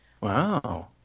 Wow